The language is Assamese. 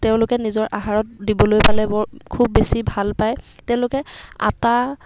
তেওঁলোকে নিজৰ আহাৰত দিবলৈ পালে বৰ খুব বেছি ভাল পায় তেওঁলোকে আটা